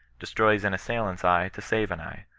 destroys an assailant's eye to save an eye,